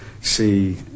see